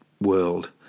world